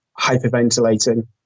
hyperventilating